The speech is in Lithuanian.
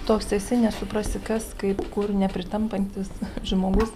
toks esi nesuprasi kas kaip kur nepritampantis žmogus